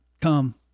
come